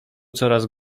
coraz